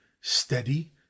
Steady